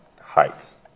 heights